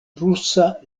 rusa